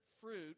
fruit